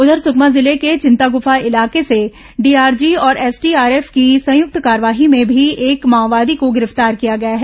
उधर सुकमा जिले के चिंताग्फा इलाके से डीआरजी और एसटीएफ की संयुक्त कार्रवाई में भी एक माओवादी को गिरफ्तार किया गया है